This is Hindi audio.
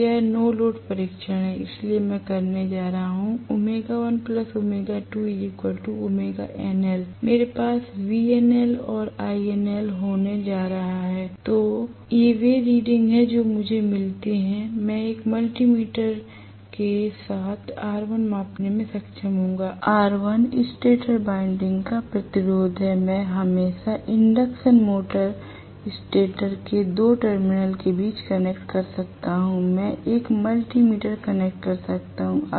तो यह नो लोड परीक्षण है इसलिए मैं करने जा रहा हूं और मेरे पास VNL और INL होने जा रहा है ये वे रीडिंग हैं जो मुझे मिलते हैं मैं एक मल्टी मीटर के साथ R1 मापने में सक्षम होगा R1 स्टेटर वाइंडिंग का प्रतिरोध है मैं हमेशा प्रेरण मोटर स्टेटर के 2 टर्मिनल के बीच कनेक्ट कर सकता हूं मैं एक मल्टी मीटर कनेक्ट कर सकता हूं